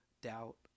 doubt